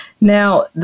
Now